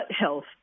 health